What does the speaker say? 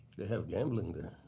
they have gambling there.